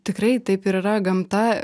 tikrai taip ir yra gamta